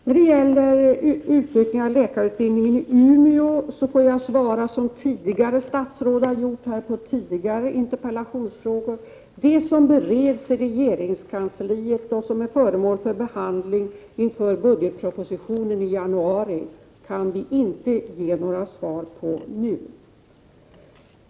När det gäller utökningen av läkarutbildningen i Umeå får jag svara som tidigare statsråd har gjort i interpellationsdebatter här: Det som bereds i regeringskansliet och som är föremål för behandling inför budgetpropositionen i januari kan vi inte ge några besked om nu.